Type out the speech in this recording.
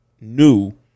new